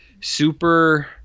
super